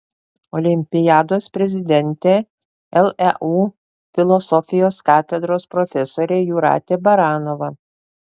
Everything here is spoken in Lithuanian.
olimpiados prezidentė leu filosofijos katedros profesorė jūratė baranova